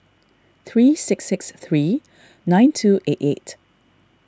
three six six three nine two eight eight